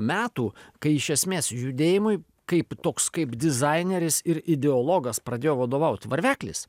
metų kai iš esmės judėjimui kaip toks kaip dizaineris ir ideologas pradėjo vadovaut varveklis